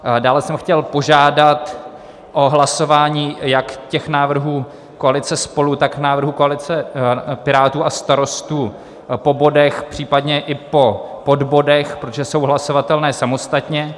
Dále jsem chtěl požádat o hlasování jak těch návrhů koalice SPOLU, tak návrhů koalice Pirátů a Starostů po bodech, případně i po podbodech, protože jsou hlasovatelné samostatně.